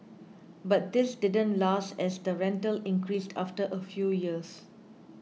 but this didn't last as the rental increased after a few years